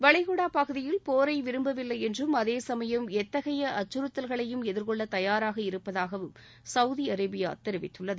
வளைகுடா பகுதியில் போரை விரும்பவில்லை என்றும் அதே சமயம் எத்தகைய அச்சுறுத்தல்களையும் எதிர்கொள்ள தபாராக இருப்பதாகவும் சவுதி அரேபியா தெரிவித்துள்ளது